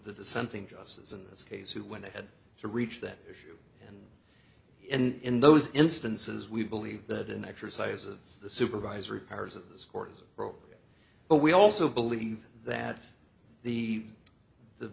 the dissenting justices in this case who went ahead to reach that issue and in those instances we believe that an exercise of the supervisory powers of the scores but we also believe that the the